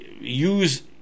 use